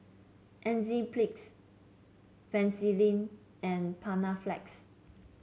Enzyplex Vaselin and Panaflex